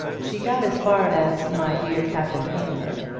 she got as far as my dear captain aylmer,